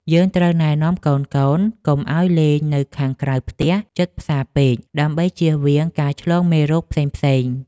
យើងត្រូវណែនាំកូនៗកុំឱ្យលេងនៅខាងក្រៅផ្ទះជិតផ្សារពេកដើម្បីជៀសវាងការឆ្លងមេរោគផ្សេងៗ។